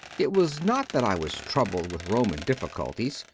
it was not that i was troubled with roman difficulties,